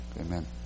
Amen